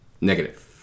Negative